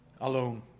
alone